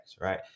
right